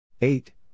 eight